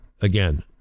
Again